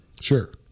Sure